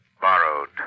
borrowed